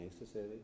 necessary